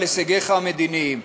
על הישגיך המדיניים,